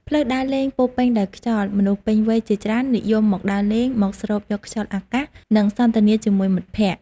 ផ្លូវដើរលេងពោរពេញដោយខ្យល់ មនុស្សពេញវ័យជាច្រើននិយមមកដើរលេង មកស្រូបយកខ្យល់អាកាស និងសន្ទនាជាមួយមិត្តភក្តិ។